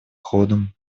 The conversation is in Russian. ходом